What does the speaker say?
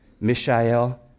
Mishael